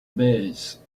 bèze